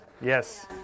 yes